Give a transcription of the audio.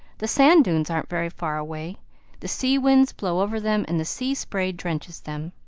the sand-dunes aren't very far away the sea winds blow over them and the sea spray drenches them.